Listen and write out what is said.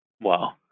Wow